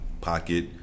pocket